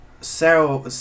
Sarah